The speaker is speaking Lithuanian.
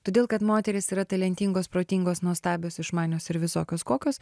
todėl kad moterys yra talentingos protingos nuostabios išmanios ir visokios kokios